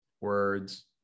words